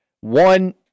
one